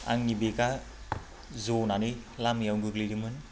आंनि बेगा ज'नानै लामायाव गोग्लैदोंमोन